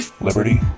liberty